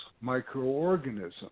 microorganisms